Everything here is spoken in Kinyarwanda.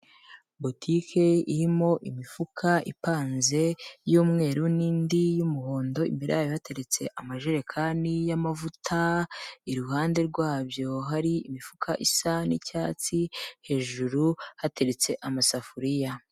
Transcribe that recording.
Boutique irimo imifuka ipanze y'umweru n'indi y'umuhondo, imbere yayo hateretse amajerekani y'amavuta, iruhande rwabyo hari imifuka isa n'icyatsi, hejuru hateretse amasafuriya.